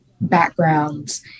backgrounds